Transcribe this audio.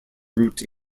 route